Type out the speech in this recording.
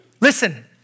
Listen